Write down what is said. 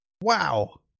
wow